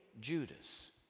Judas